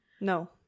No